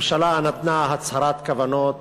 הממשלה נתנה הצהרת כוונות